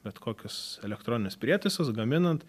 bet kokius elektroninius prietaisus gaminant